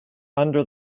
under